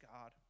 God